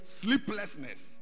sleeplessness